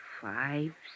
Five